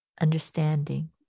understanding